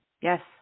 Yes